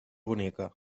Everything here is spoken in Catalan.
bonica